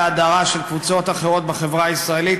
בהדרה של קבוצות אחרות בחברה הישראלית,